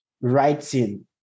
writing